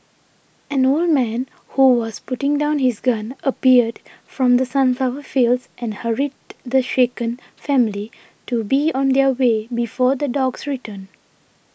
an old man who was putting down his gun appeared from the sunflower fields and hurried the shaken family to be on their way before the dogs return